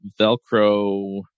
Velcro